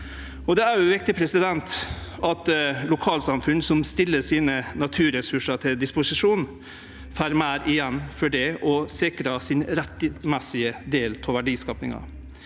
Det er òg viktig at lokalsamfunn som stiller sine naturressursar til disposisjon, får meir igjen for det og sikrar sin rettmessige del av verdiskapinga.